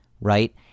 right